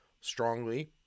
strongly